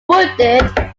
wooded